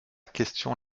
question